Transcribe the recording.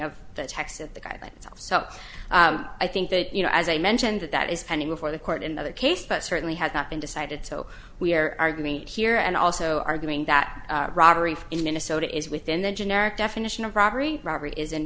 of the text of the guidelines so i think that you know as i mentioned that that is pending before the court in that case but certainly has not been decided so we are arguing here and also arguing that robbery in minnesota is within the generic definition of robbery robbery is